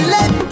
Let